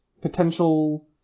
potential